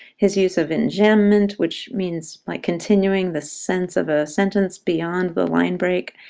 his use of enjambment, which means like continuing the sense of a sentence beyond the line break.